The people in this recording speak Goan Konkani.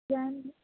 त्यान